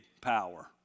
power